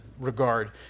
regard